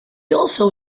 also